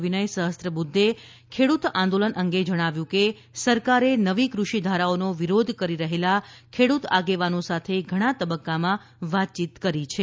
વિનય સહસ્ત્રબુધ્ધે ખેડૂત આંદોલન અંગે જણાવ્યું કે સરકારે નવી કૃષિધારાઓનો વિરોધ કરી રહેલા ખેડૂત આગેવાનો સાથે ઘણા તબક્કામાં વાતચીત કરી છે